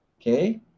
okay